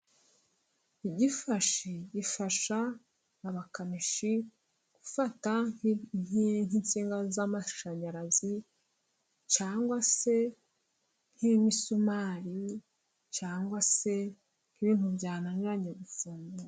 Igifashi gifasha abakanishi gufata nk'insinga z'amashanyarazi cyangwa se nk'imisumari, cyangwa se nk'ibintu byananiranye gufugwa.